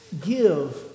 Give